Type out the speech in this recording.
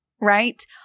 Right